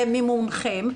במימונכם,